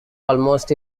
almost